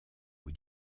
aux